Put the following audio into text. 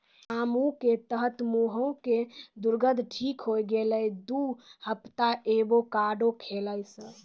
रामू के तॅ मुहों के दुर्गंध ठीक होय गेलै दू हफ्ता एवोकाडो खैला स